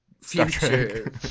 Future